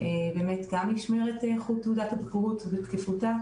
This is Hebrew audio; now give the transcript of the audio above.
גם נשמרת איכותה ושקיפותה,